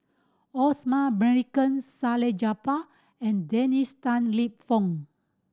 Osman Merican Salleh Japar and Dennis Tan Lip Fong